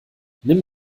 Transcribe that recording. nimm